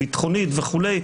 הביטחונית וכו'.